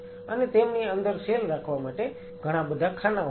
અને તેમની અંદર સેલ રાખવા માટે ઘણાબધા ખાનાઓ હોય છે